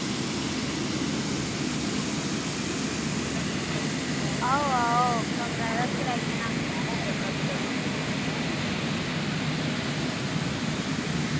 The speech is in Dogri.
आओ दौं त्रैऽ ज्हार तगर आई जाना